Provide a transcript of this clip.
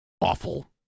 awful